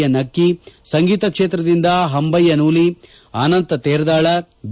N ಅಕ್ಕಿ ಸಂಗೀತ ಕ್ಷೇತ್ರದಿಂದ ಹಂಬಯ್ಯ ನೂಲಿ ಅನಂತ ತೇರದಾಳ ಬಿ